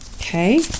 Okay